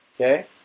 Okay